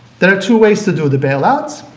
there are two ways to do the bailout.